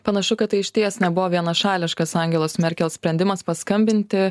panašu kad tai išties nebuvo vienašališkas angelos merkel sprendimas paskambinti